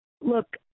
look